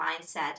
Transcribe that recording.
mindset